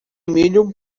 milho